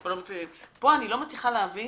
פה אני לא מצליחה להבין